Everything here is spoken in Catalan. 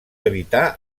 evitar